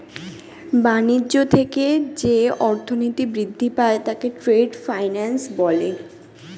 বাণিজ্য থেকে যে অর্থনীতি বৃদ্ধি পায় তাকে ট্রেড ফিন্যান্স বলে